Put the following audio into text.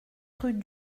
rue